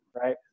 right